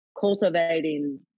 cultivating